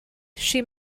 she